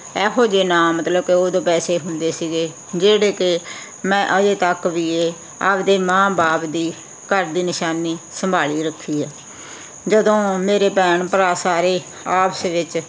ਇਹੋ ਜਿਹੇ ਨਾਮ ਮਤਲਬ ਕਿ ਉਦੋਂ ਪੈਸੇ ਹੁੰਦੇ ਸੀਗੇ ਜਿਹੜੇ ਕਿ ਮੈਂ ਅਜੇ ਤੱਕ ਵੀ ਇਹ ਆਪਣੇ ਮਾਂ ਬਾਪ ਦੀ ਘਰ ਦੀ ਨਿਸ਼ਾਨੀ ਸੰਭਾਲੀ ਰੱਖੀ ਹੈ ਜਦੋਂ ਮੇਰੇ ਭੈਣ ਭਰਾ ਸਾਰੇ ਆਪਸ ਵਿੱਚ